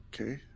okay